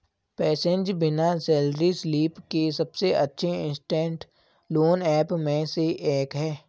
PaySense बिना salary slip के सबसे अच्छे इंस्टेंट लोन ऐप में से एक है